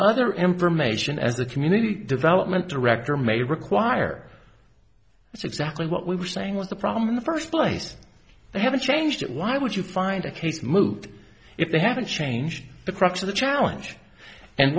other information as the community development director may require that's exactly what we were saying was the problem in the first place they haven't changed it why would you find a case moved if they haven't changed the crux of the challenge and